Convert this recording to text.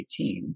2018